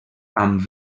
amb